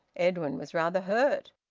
edwin was rather hurt.